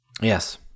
Yes